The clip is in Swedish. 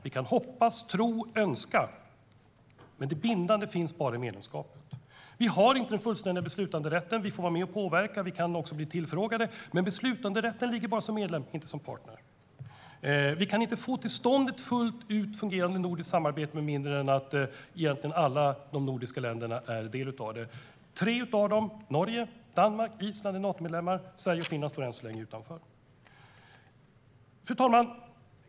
Vi kan hoppas, tro och önska, men det bindande finns bara i medlemskapet. Vi har inte den fullständiga beslutanderätten. Vi får vara med och påverka. Vi kan också bli tillfrågade. Men beslutanderätten har man bara som medlem, inte som partner. Vi kan inte få till stånd ett fullt ut fungerande nordiskt samarbete med mindre än att egentligen alla de nordiska länderna är delar av det. Tre av dem - Norge, Danmark och Island - är Natomedlemmar. Sverige och Finland står än så länge utanför. Fru talman!